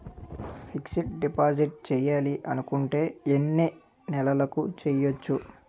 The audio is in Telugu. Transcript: ఫిక్సడ్ డిపాజిట్ చేయాలి అనుకుంటే ఎన్నే నెలలకు చేయొచ్చు?